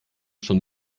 schon